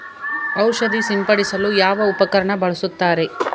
ಔಷಧಿ ಸಿಂಪಡಿಸಲು ಯಾವ ಉಪಕರಣ ಬಳಸುತ್ತಾರೆ?